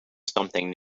something